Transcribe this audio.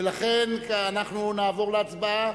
ולכן אנחנו נעבור להצבעה,